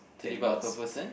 thirty bucks per person